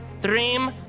dream